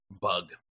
bug